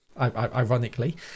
ironically